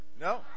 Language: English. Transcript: No